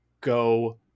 go